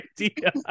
idea